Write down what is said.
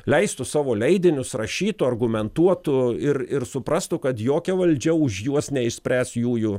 leistų savo leidinius rašytų argumentuotų ir ir suprastų kad jokia valdžia už juos neišspręs jųjų